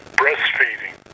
breastfeeding